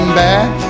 back